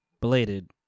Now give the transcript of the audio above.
Bladed